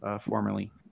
formerly